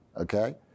okay